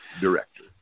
director